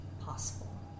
possible